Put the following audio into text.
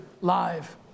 live